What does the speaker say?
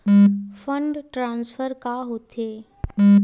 Fund transfer का होथे?